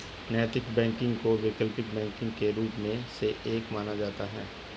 नैतिक बैंकिंग को वैकल्पिक बैंकिंग के कई रूपों में से एक माना जाता है